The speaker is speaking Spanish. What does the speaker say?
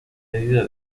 medida